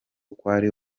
kwari